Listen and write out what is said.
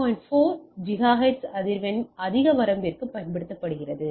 4 gigahertz அதிர்வெண்ணை அதிக வரம்பிற்குப் பயன்படுத்துகிறது